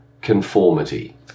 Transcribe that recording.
conformity